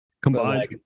combined